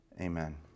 Amen